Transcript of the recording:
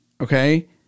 Okay